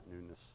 newness